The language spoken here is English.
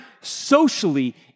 socially